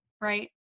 Right